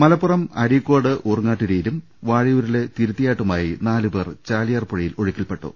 മലപ്പുറം അരീക്കോട് ഊർങ്ങാട്ടിരിയിലും വാഴയൂരിലെ തിരുത്തി യാട്ടുമായി നാലുപേർ ചാലിയാർ പുഴയിൽ ഒഴുക്കിൽപ്പെട്ടു